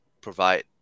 provide